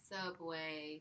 Subway